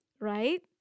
right